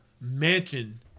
mansion